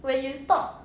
when you talk